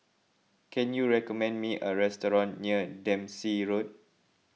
can you recommend me a restaurant near Dempsey Road